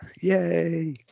Yay